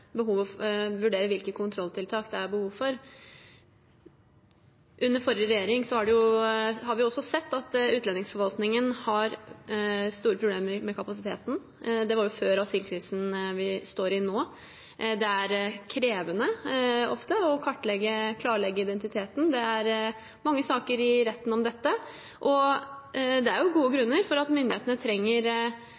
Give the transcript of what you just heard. vurdere hvilke kontrolltiltak det er behov for. Under forrige regjering så vi også at utlendingsforvaltningen hadde store problemer med kapasiteten. Det var før asylkrisen vi står i nå. Det er ofte krevende å kartlegge og klarlegge identiteten. Det er mange saker i retten om dette. Det er gode